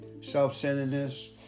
self-centeredness